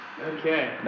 Okay